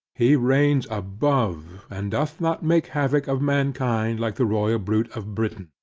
he reigns above, and doth not make havoc of mankind like the royal brute of britain.